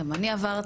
גם אני עברתי,